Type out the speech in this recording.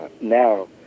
now